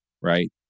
right